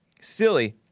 silly